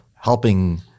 helping